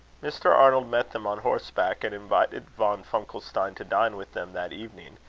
mr. arnold met them on horseback, and invited von funkelstein to dine with them that evening,